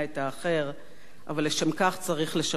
אבל לשם כך צריך לשמר את חופש הביטוי,